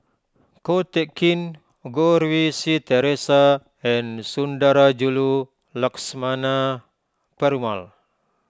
Ko Teck Kin Goh Rui Si theresa and Sundarajulu Lakshmana Perumal